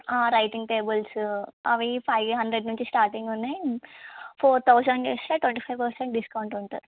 writing tables అవి five hundred నుంచి starting ఉన్నాయి ఫోర్ థౌజండ్ చేస్తే ట్వంటీ ఫైవ్ పర్సెంట్ డిస్కౌంట్ ఉంటుంది